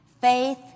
faith